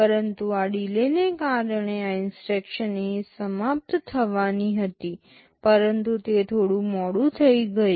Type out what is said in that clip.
પરંતુ આ ડિલેને કારણે આ ઇન્સટ્રક્શન અહીં સમાપ્ત થવાની હતી પરંતુ તે મોડું થઈ ગયું